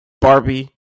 Barbie